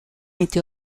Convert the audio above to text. été